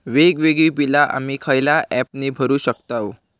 वेगवेगळी बिला आम्ही खयल्या ऍपने भरू शकताव?